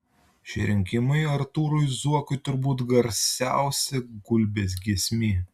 šie rinkimai artūrui zuokui turbūt garsiausia gulbės giesmė